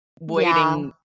waiting